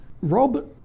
Rob